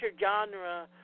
genre